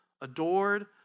adored